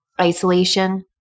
isolation